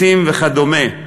מסים וכדומה,